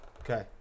Okay